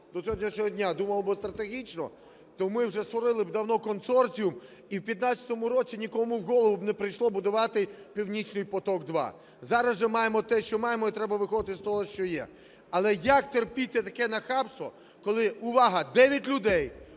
до сьогоднішнього дня думало би стратегічно, то ми вже створили б давно консорціум і в 15-му році нікому в голову б не прийшло будувати "Північний потік-2". Зараз же маємо те, що маємо, і треба виходити з того, що є. Але як терпіти таке нахабство, коли, увага, дев'ять